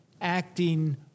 acting